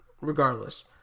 regardless